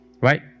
right